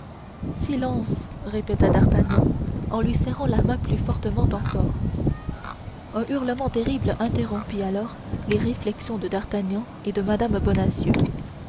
silence répéta d'artagnan en lui serrant la main plus fortement encore un hurlement terrible interrompit alors les réflexions de d'artagnan et de mme